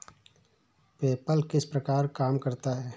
PayPal किस प्रकार काम करता है?